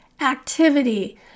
activity